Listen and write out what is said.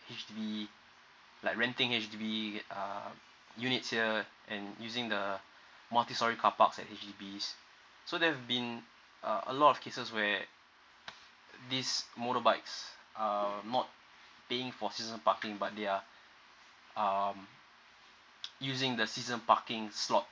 H_D_B like renting H_D_B uh units here and using the multistorey carparks at H_D_B so there have been uh a lot of cases where this motorbikes err not paying for seasonal parking but they are um using the sesonl parking slot